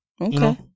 Okay